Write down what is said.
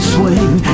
Swing